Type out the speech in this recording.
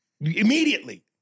Immediately